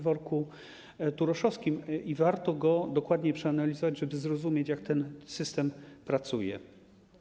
Warto go dokładnie przeanalizować, żeby zrozumieć, jak ten system pracuje.